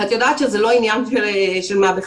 את יודעת שזה לא עניין של מה בכך.